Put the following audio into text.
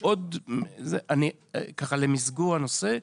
למסגור הנושא,